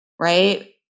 right